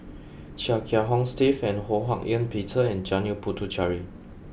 Chia Kiah Hong Steve Ho Hak Ean Peter and Janil Puthucheary